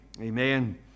Amen